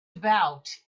about